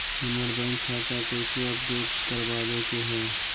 हमर बैंक खाता कैसे अपडेट करबाबे के है?